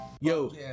yo